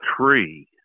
three